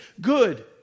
good